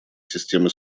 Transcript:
системы